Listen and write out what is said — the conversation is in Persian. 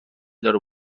داره